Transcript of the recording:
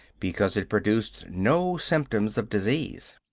because it produced no symptoms of disease.